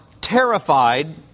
terrified